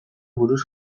buruz